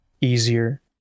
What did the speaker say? easier